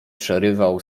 przerywał